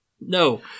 No